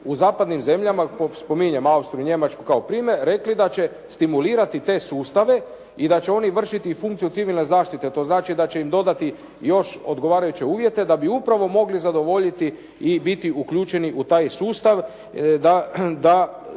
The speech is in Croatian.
u zapadnim zemljama spominjem Austriju, Njemačku kao primjer rekli da će stimulirati te sustave i da će oni vršiti funkciju civilne zaštite. To znači da će im dodati još odgovarajuće uvjete da bi upravo mogli zadovoljiti i biti uključeni u taj sustav da